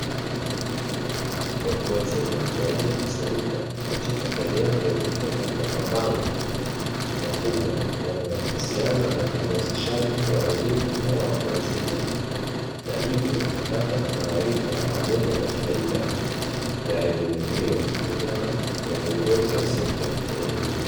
Watu wazima waliokusanyika katika eneo lenye hema na mabango makubwa, yanayohusiana na uhamasishaji wa elimu ya watu wazima na hivyo kupata maarifa pamoja na faida ya elimu hiyo kutoka kwa viongozi wa sekta ya elimu.